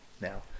now